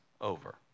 over